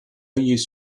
use